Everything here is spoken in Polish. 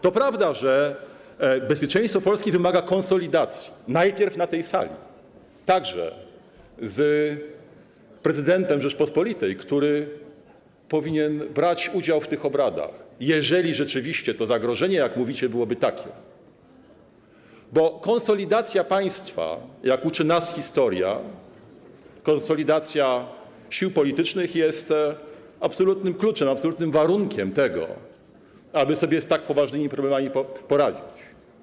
To prawda, że bezpieczeństwo Polski wymaga konsolidacji, najpierw na tej sali, także z prezydentem Rzeczypospolitej, który powinien brać udział w tych obradach, jeżeli rzeczywiście to zagrożenie, jak mówicie, byłoby takie, bo konsolidacja państwa, jak uczy nas historia, konsolidacja sił politycznych jest absolutnym kluczem, absolutnym warunkiem tego, aby sobie z tak poważnymi problemami poradzić.